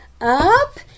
up